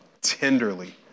tenderly